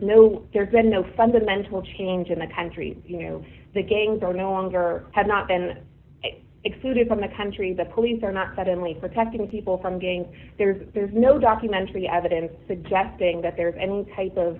no there's been no fundamental change in the country the gangs are no longer has not been excluded from the country the police are not suddenly protecting people from getting there there's no documentary evidence suggesting that there is any type of